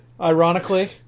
ironically